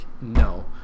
no